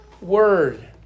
word